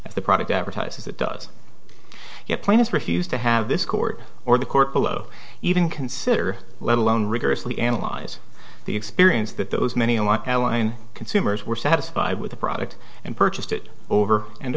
if the product advertises it does your plan has refused to have this court or the court below even consider let alone rigorously analyze the experience that those many want eline consumers were satisfied with the product and purchased it over and